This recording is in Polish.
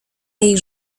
jej